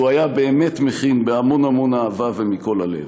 שהוא היה מכין באמת בהמון המון אהבה ומכל הלב.